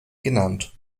genannt